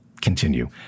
continue